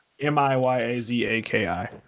M-I-Y-A-Z-A-K-I